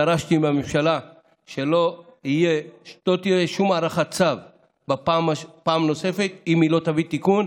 דרשתי מהממשלה שלא תהיה שום הארכת צו פעם נוספת אם היא לא תביא תיקון,